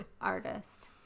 Artist